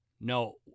No